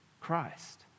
Christ